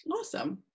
awesome